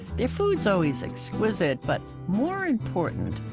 their food is always exquisite, but more importantly,